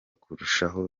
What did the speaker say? kurushaho